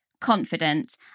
confidence